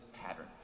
pattern